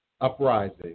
uprising